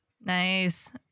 Nice